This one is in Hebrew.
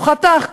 הוא חתך,